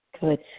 Good